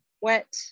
wet